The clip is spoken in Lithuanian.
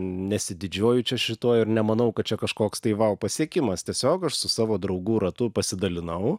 nesididžiuoju čia šituo ir nemanau kad čia kažkoks tai vau pasiekimas tiesiog aš su savo draugų ratu pasidalinau